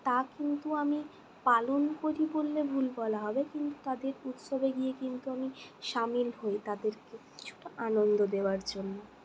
তা কিন্তু আমি পালন করি বললে ভুল বলা হবে কিন্তু তাদের উৎসবে গিয়ে কিন্তু আমি সামিল হই তাদেরকে কিছুটা আনন্দ দেওয়ার জন্য